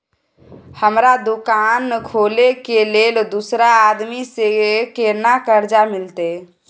हमरा दुकान खोले के लेल दूसरा आदमी से केना कर्जा मिलते?